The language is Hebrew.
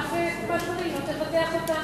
אף קופת-חולים לא תבטח אותם.